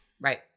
Right